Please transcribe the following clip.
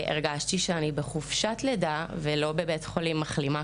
הרגשתי שאני בחופשת לידה ולא מחלימה